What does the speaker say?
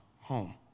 home